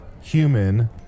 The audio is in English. human